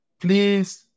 please